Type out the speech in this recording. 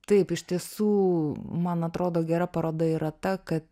taip iš tiesų man atrodo gera paroda yra ta kad